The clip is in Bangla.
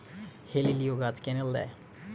হেলিলিও গাছে ক্যানেল দেয়?